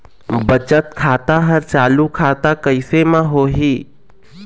बचत खाता हर चालू खाता कैसे म होही?